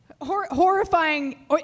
horrifying